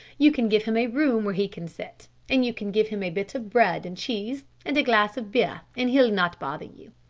you can give him a room where he can sit, and you can give him a bit of bread and cheese, and a glass of beer, and he'll not bother you.